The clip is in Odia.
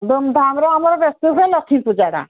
ଧୁମଧାମ୍ରେ ଆମର ବେଶୀ ହୁଏ ଲକ୍ଷ୍ମୀ ପୂଜାଟା